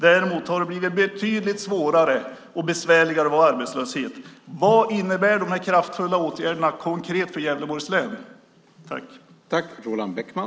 Däremot har det blivit betydligt svårare och besvärligare att vara i arbetslöshet. Vad innebär de här kraftfulla åtgärderna konkret för Gävleborgs län?